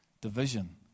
division